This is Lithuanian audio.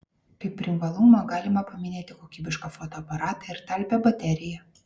kaip privalumą galima paminėti kokybišką fotoaparatą ir talpią bateriją